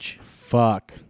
Fuck